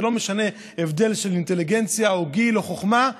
ולא משנה הבדל של אינטליגנציה או גיל או חוכמה,